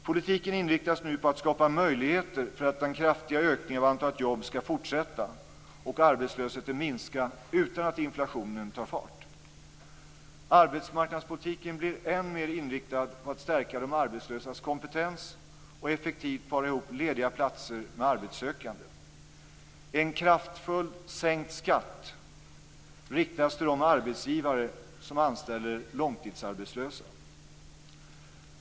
Politiken inriktas nu på att skapa möjligheter för att den kraftiga ökningen av antalet jobb skall fortsätta och arbetslösheten minska utan att inflationen tar fart. Arbetmarknadspolitiken blir än mer inriktad på att stärka de arbetslösas kompetens och effektivt para ihop lediga platser med arbetssökande. En kraftfullt sänkt skatt riktas till de arbetsgivare som anställer långtidsarbetslösa.